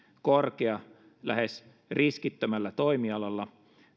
korkea lähes riskittömällä toimialalla